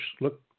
look